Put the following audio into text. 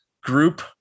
group